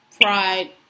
Pride